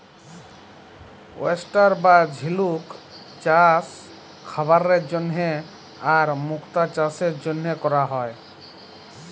oyster বা ঝিলুক চাস খাবারের জন্হে আর মুক্ত চাসের জনহে ক্যরা হ্যয়ে